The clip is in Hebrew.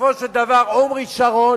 בסופו של דבר, עמרי שרון